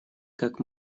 как